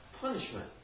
punishment